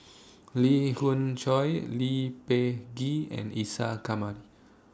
Lee Khoon Choy Lee Peh Gee and Isa Kamari